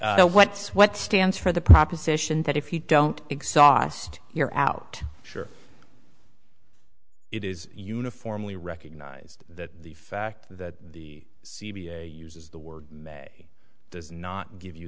what's what stands for the proposition that if you don't exhaust your out sure it is uniformly recognized that the fact that the c b a uses the word may does not give you